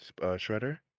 Shredder